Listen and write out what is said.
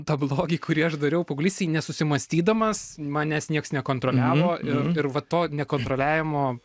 tą blogį kurį aš dariau paauglystėj nesusimąstydamas manęs nieks nekontroliavo ir ir vat to nekontroliavimo